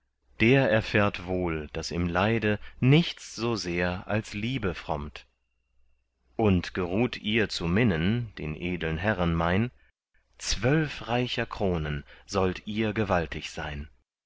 der erfährt wohl daß im leide nichts so sehr als liebe frommt und geruht ihr zu minnen den edeln herren mein zwölf reicher kronen sollt ihr gewaltig sein